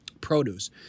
produce